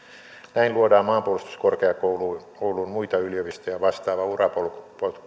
näin luodaan maanpuolustuskorkeakouluun muita yliopistoja vastaava urapolku